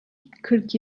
kırk